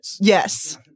yes